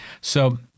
So-